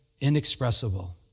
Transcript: inexpressible